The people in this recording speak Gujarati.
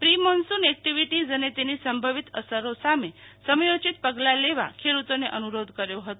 પ્રિ મોનસુન એકટીવીઝ અને તેની સંભવિત અસરો સામે સમયોચિત પગલા લેવા ખેડુતોને અનુરોધ કર્યો હતો